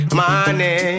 money